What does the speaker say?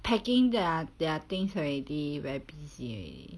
packing their things already very busy already